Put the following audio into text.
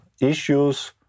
issues